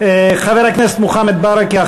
חבר הכנסת מוחמד ברכה,